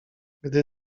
gdy